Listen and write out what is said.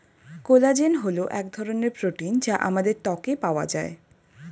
collagen হল এক ধরনের প্রোটিন যা আমাদের ত্বকে পাওয়া যায়